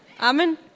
Amen